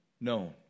known